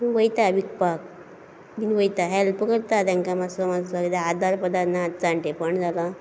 पूण वयता विकपाक वयता हॅल्प करता तेंकां मातसो मातसो कितें आदार पदार ना आनी जाणटेपण जालां